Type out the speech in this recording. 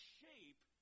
shape